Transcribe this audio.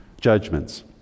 judgments